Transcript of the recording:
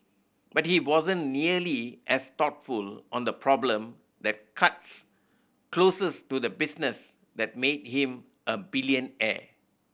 but he wasn't nearly as thoughtful on the problem that cuts closest to the business that made him a billionaire